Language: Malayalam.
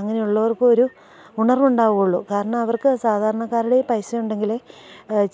അങ്ങനെയുള്ളവർക്കൊരു ഉണർവുണ്ടാകുകയുള്ളു കാരണം അവർക്ക് സാധാരണക്കാരുടെ പൈസയുണ്ടെങ്കിലേ